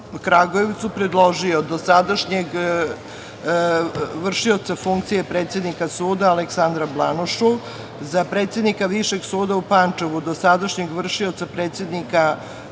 Kragujevcu, predložio dosadašnjeg vršioca funkcije predsednika suda Aleksandra Blanušu, za predsednika Višeg suda u Pančevu, dosadašnjeg vršioca dužnosti predsednika